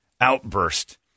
outburst